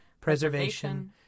preservation